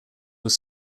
were